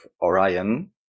Orion